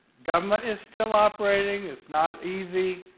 government is still operating. it's not easy,